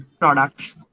products